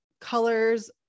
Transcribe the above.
colors